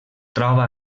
troba